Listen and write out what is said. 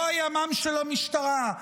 לא הימ"מ של המשטרה,